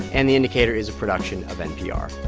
and the indicator is a production of npr